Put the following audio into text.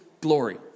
glory